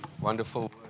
Wonderful